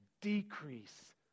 decrease